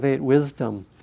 wisdom